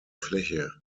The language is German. fläche